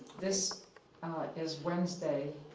this is wednesday,